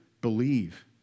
believe